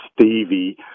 Stevie